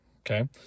Okay